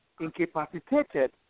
incapacitated